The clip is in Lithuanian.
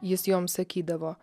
jis jom sakydavo